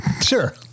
Sure